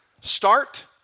start